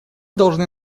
должны